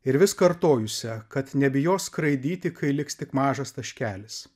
ir vis kartojusią kad nebijos skraidyti kai liks tik mažas taškelis